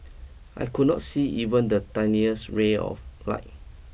I could not see even the tiniest ray of light